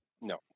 No